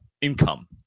income